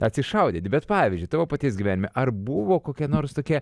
atsišaudyti bet pavyzdžiui tavo paties gyvenime ar buvo kokia nors tokia